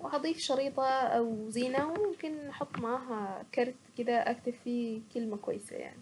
وهضيف شريطة او زينة وممكن نحط معاها كرت كده اكتب فيه كويسة يعني.